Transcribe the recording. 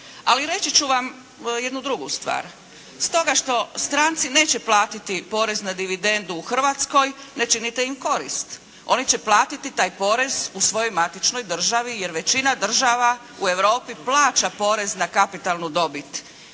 Ali reći ću vam jednu drugu stvar. Stoga što stranci neće platiti porez na dividendu u Hrvatskoj, ne činite im korist. Oni će platiti taj porez u svojoj matičnoj državi jer većina država u Europi plaća porez na kapitalnu dobit.